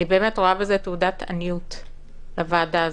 אני באמת רואה בזה תעודת עניות לוועדה הזו.